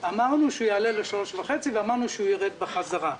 אמרנו שהוא יעלה ל-3.5% ואמרנו שהוא ירד בחזרה.